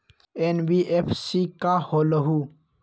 NBFC का होलहु?